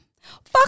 Fuck